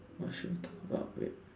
!wah! shit what bread